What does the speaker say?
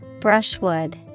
Brushwood